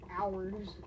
hours